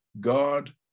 God